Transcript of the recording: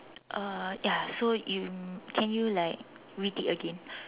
uh ya so you can you like repeat again